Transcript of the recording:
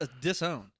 disowned